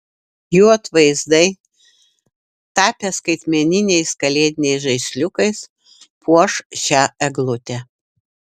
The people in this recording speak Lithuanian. jų atvaizdai tapę skaitmeniniais kalėdiniais žaisliukais puoš šią eglutę